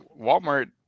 walmart